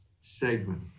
segment